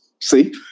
See